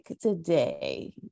today